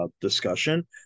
discussion